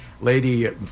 lady